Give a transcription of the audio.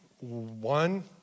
one